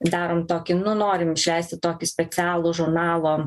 darom tokį nu norim išleisti tokį specialų žurnalo